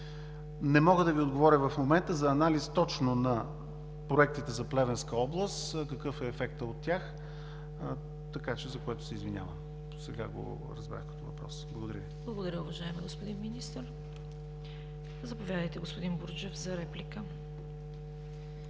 Не мога да Ви отговоря в момента за анализ точно на проектите за Плевенска област, какъв е ефектът от тях, за което се извинявам. Сега го разбрах като въпрос. Благодаря Ви. ПРЕДСЕДАТЕЛ ЦВЕТА КАРАЯНЧЕВА: Благодаря, уважаеми господин Министър. Заповядайте, господин Бурджев, за реплика.